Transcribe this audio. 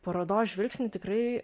parodos žvilgsnį tikrai